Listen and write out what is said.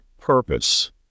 purpose